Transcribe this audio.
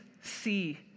see